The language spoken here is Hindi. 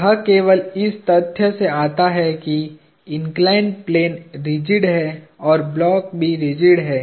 यह केवल इस तथ्य से आता है कि इन्कलाईन्ड प्लेन रिजिड है ब्लॉक भी रिजिड है